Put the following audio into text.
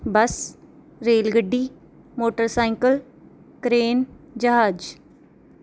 ਬਸ rail ਗੱਡੀ motorcycle crane ਜਹਾਜ